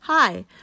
Hi